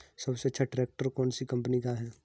सबसे अच्छा ट्रैक्टर कौन सी कम्पनी का है?